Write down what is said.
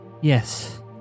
Yes